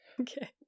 Okay